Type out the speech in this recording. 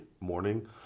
morning